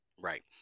Right